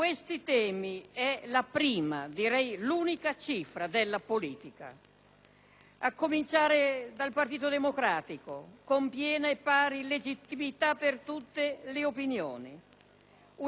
A cominciare dal Partito Democratico con piena e pari legittimità per tutte le opinioni; una coscienza libera di fronte alle scelte, anche politiche, e responsabile,